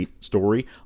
story